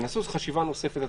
תנסו לחשוב על העניין,